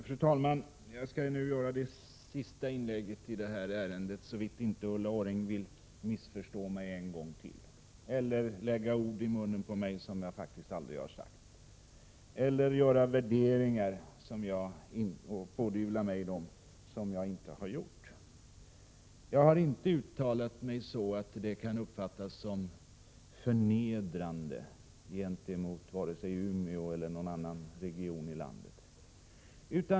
Fru talman! Detta blir det sista inlägget i debatten i detta ärende, såvida inte Ulla Orring vill missförstå mig en gång till, lägga ord i min mun som jag aldrig har uttalat eller pådyvla mig värderingar som inte är mina. Jag har inte uttalat mig så, att det kan uppfattas som förnedrande gentemot vare sig Umeå eller någon annan region i landet.